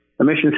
Emissions